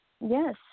yes